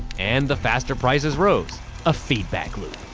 and the faster prices rose a feedback loop.